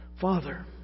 Father